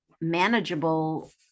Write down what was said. manageable